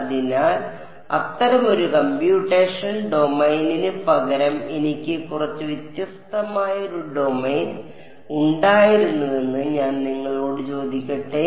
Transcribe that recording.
അതിനാൽ അത്തരമൊരു കമ്പ്യൂട്ടേഷണൽ ഡൊമെയ്നിന് പകരം എനിക്ക് കുറച്ച് വ്യത്യസ്തമായ ഒരു ഡൊമെയ്ൻ ഉണ്ടായിരുന്നുവെന്ന് ഞാൻ നിങ്ങളോട് ചോദിക്കട്ടെ